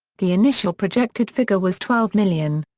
the initial projected figure was twelve million.